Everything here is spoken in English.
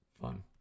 Fun